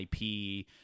IP